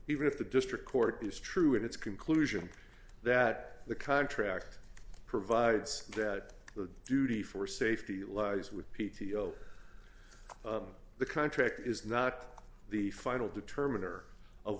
even if the district court is true in its conclusion that the contract provides that the duty for safety lies with p t o the contract is not the final determine or of